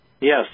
Yes